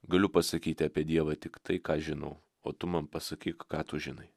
galiu pasakyti apie dievą tik tai ką žinau o tu man pasakyk ką tu žinai